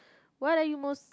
what are you most